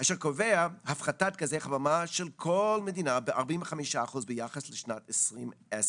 אשר קובע הפחתת גזי חממה של כל מדינה ב-45 אחוזים ביחס לשנת 2010,